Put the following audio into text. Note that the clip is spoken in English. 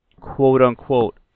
quote-unquote